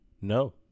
No